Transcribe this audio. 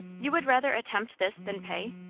you would rather attempt this than pay?